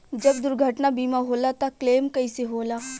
जब दुर्घटना बीमा होला त क्लेम कईसे होला?